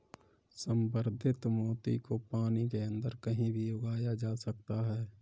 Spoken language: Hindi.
संवर्धित मोती को पानी के अंदर कहीं भी उगाया जा सकता है